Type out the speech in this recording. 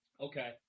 okay